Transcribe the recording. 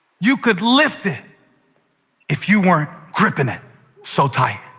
you could lift it if you weren't gripping it so tightly.